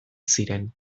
ziren